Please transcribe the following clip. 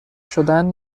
شدن